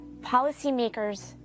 policymakers